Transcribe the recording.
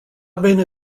binne